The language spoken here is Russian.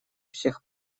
всех